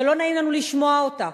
שלא נעים לנו לשמוע אותה,